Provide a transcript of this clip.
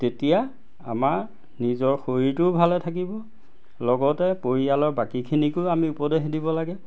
তেতিয়া আমাৰ নিজৰ শৰীৰটোও ভালে থাকিব লগতে পৰিয়ালৰ বাকীখিনিকো আমি উপদেশ দিব লাগে